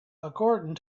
according